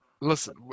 Listen